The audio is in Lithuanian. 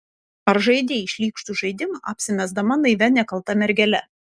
ar žaidei šlykštų žaidimą apsimesdama naivia nekalta mergele